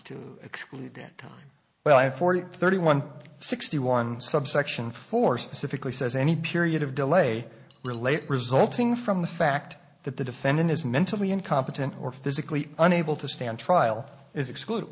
to exclude that time well i forty thirty one sixty one subsection four specifically says any period of delay relate resulting from the fact that the defendant is mentally incompetent or physically unable to stand trial is exclude